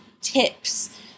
tips